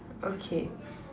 okay